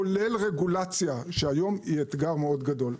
כולל רגולציה שהיום היא אתגר מאוד גדול.